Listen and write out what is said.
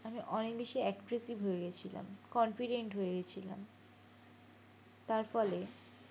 আমি অনেক বেশি অ্যাগ্রেসিভ হয়ে গিয়েছিলাম কনফিডেন্ট হয়ে গেছিলাম তার ফলে